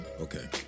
Okay